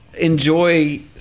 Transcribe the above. enjoy